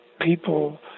people